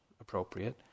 appropriate